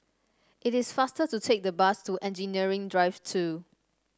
it is faster to take the bus to Engineering Drive Two